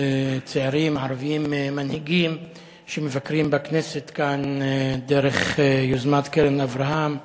צעירים ערבים מנהיגים שמבקרים בכנסת כאן דרך "יוזמות קרן אברהם".